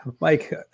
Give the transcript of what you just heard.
Mike